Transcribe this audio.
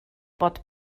bod